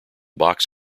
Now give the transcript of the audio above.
box